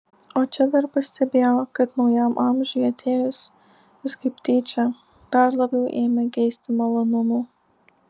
o čia dar pastebėjo kad naujam amžiui atėjus jis kaip tyčia dar labiau ėmė geisti malonumų